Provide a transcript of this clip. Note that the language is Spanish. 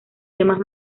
temas